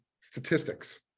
statistics